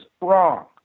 wrong